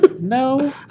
no